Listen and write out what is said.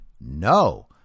No